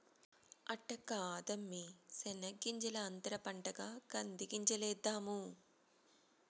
అట్ట కాదమ్మీ శెనగ్గింజల అంతర పంటగా కంది గింజలేద్దాము